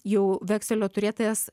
jau vekselio turėtojas